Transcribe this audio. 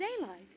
daylight